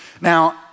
Now